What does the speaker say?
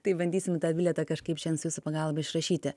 tai bandysim tą bilietą kažkaip šiandien su jūsų pagalba išrašyti